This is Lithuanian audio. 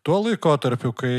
tuo laikotarpiu kai